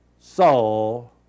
Saul